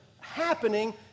happening